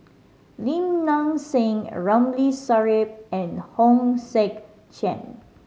Lim Nang Seng Ramli Sarip and Hong Sek Chern